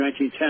1910